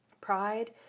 pride